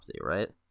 right